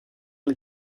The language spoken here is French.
les